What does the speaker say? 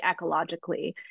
ecologically